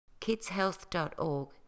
Kidshealth.org